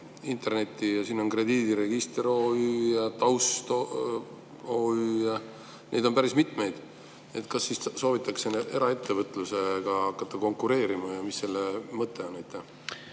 interneti ja siin on Krediidiregister OÜ ja Taust OÜ. Neid on päris mitmeid. Kas soovitakse eraettevõtlusega hakata konkureerima või mis selle mõte on?